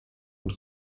und